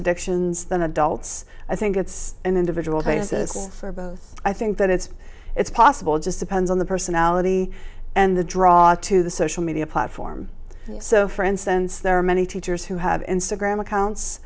addictions than adults i think it's an individual basis for both i think that it's it's possible it just depends on the personality and the draw to the social media platform so for instance there are many teachers who have instagram accounts